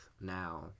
now